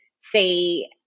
see